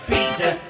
Pizza